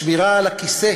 השמירה על הכיסא